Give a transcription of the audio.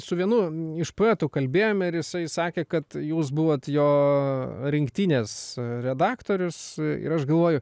su vienu iš poetų kalbėjome ir jisai sakė kad jūs buvot jo rinktinės redaktorius ir aš galvoju